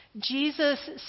Jesus